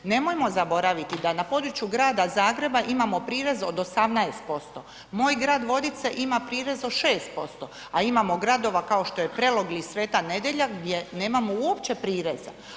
Nemojmo zaboraviti da na području Grada Zagreba imamo prirez od 18%, moj grad Vodice ima prirez od 6%, a imamo gradova kao što je Prelog ili Sveta Nedelja gdje nemamo uopće prireza.